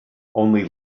only